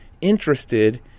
interested